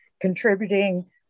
contributing